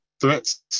threats